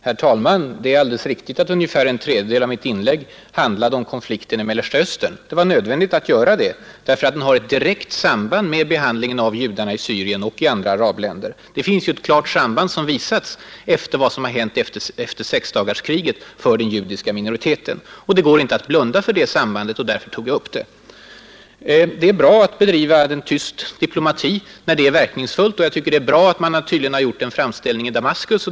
Herr talman! Det är alldeles riktigt att ungefär en tredjedel av mitt inlägg handlade om konflikten mellan Israel och arabstaterna i Mellersta Östern. Det var nödvändigt, eftersom konflikten har ett direkt samband med behandlingen av judarna i Syrien och i andra arabländer. Sambandet är ju t.ex. bevisat av vad som hänt den judiska minoriteten efter sexdagarskriget. Man kan inte blunda för detta samband, och därför tog jag upp det. Det är bra att bedriva en ”tyst diplomati” när den är verkningsfull och jag tycker också att det är bra att man tydligen har gjort en framställning i Damaskus.